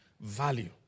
Value